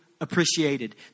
appreciated